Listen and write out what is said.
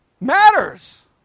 matters